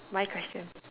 my question